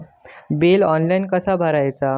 Bill online कसा भरायचा?